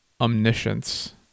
omniscience